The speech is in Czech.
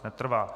Netrvá.